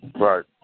Right